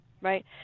right